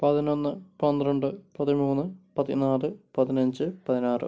പതിനൊന്ന് പന്ത്രണ്ട് പതിമൂന്ന് പതിനാല് പതിനഞ്ച് പതിനാറ്